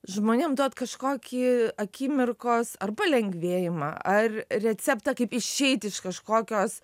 žmonėm duoti kažkokį akimirkos ar palengvėjimą ar receptą kaip išeit iš kažkokios